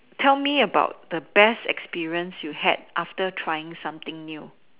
tell me about the best experience you had after trying something new